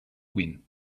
win